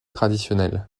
traditionnels